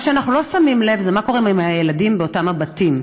מה שאנחנו לא שמים לב זה מה קורה עם הילדים באותם הבתים.